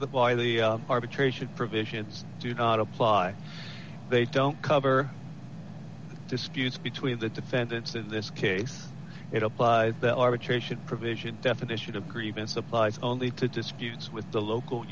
the arbitration provisions do not apply they don't cover disputes between the defendants in this case it applies the arbitration provision definition of grievance applies only to disk use with the local